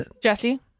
Jesse